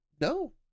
No